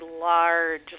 large